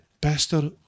Pastor